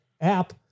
app